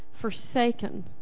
forsaken